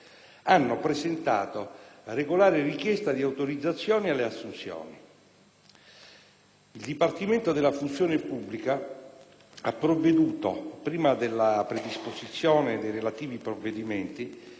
hanno presentato regolare richiesta di autorizzazione alle assunzioni. Il Dipartimento della funzione pubblica ha provveduto, prima della predisposizione dei relativi provvedimenti,